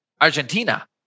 Argentina